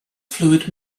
fluid